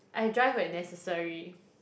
I drive when necessary